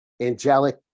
angelic